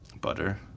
butter